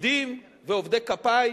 פקידים ועובדי כפיים,